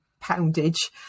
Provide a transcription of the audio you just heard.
poundage